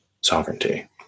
sovereignty